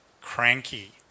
cranky